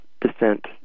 descent